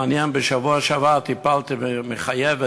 מעניין, בשבוע שעבר טיפלתי בחייבת